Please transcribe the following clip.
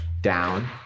down